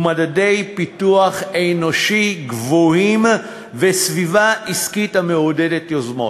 מדדי פיתוח אנושי גבוהים וסביבה עסקית המעודדת יוזמות,